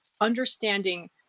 understanding